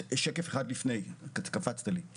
בין הפיקוח לאכיפה יש את מרחב התיקון והשיפור.